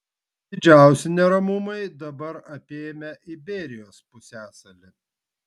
didžiausi neramumai dabar apėmę iberijos pusiasalį